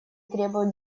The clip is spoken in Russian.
требуют